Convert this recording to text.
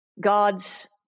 God's